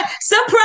Surprise